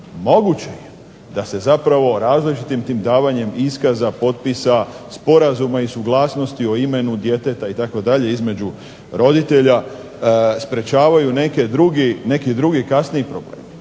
Moguće je da se zapravo različitim tim davanjem iskaza, potpisa, sporazuma i suglasnosti o imenu djeteta itd., između roditelja sprečavaju neki drugi kasniji problemi,